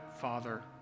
Father